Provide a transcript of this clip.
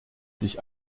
sich